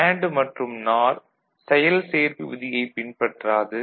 NAND மற்றும் நார் செயல் சேர்ப்பு விதியைப் பின்பற்றாது